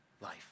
life